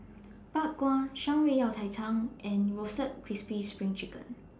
Bak Kwa Shan Rui Yao Cai Tang and Roasted Crispy SPRING Chicken